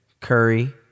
Curry